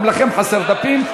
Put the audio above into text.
גם לכם חסרים דפים.